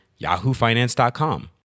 yahoofinance.com